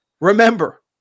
remember